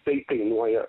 tai kainuoja